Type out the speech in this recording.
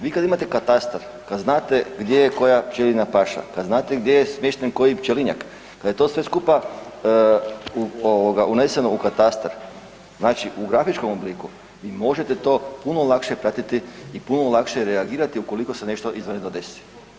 Vi kada imate katastar kad znate gdje je koja pčelinja paša, kad znate gdje je smješten koji pčelinjak, kada je to sve skupa uneseno u katastar znači u grafičkom obliku vi možete to puno lakše pratiti i puno lakše reagirati ukoliko se nešto izvanredno desi.